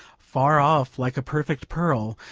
far off, like a perfect pearl,